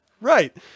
Right